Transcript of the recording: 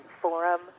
forum